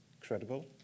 credible